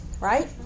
right